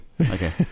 Okay